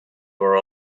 were